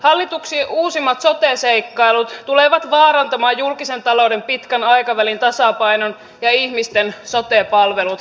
hallituksen uusimmat sote seikkailut tulevat vaarantamaan julkisen talouden pitkän aikavälin tasapainon ja ihmisten sote palvelut